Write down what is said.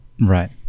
right